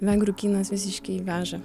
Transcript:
vengrų kinas visiškai veža